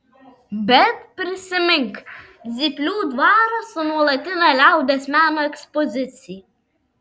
bet prisimink zyplių dvarą su nuolatine liaudies meno ekspozicija